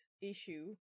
issue